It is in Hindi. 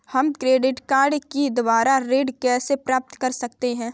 हम क्रेडिट कार्ड के द्वारा ऋण कैसे प्राप्त कर सकते हैं?